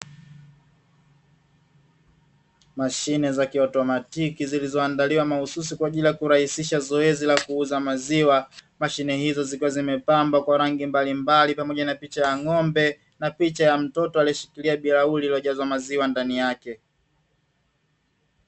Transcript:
Mashine za kiautomatiki zilizoandaliwa mahususi kwa ajili ya kurahisisha zoezi la kuuza maziwa, mashine hizo zikiwa zimepambwa kwa rangi mbalimbali pamoja na picha ya ng'ombe na picha ya mtoto aliyeshikilia bilauri iliyojazwa maziwa ndani yake.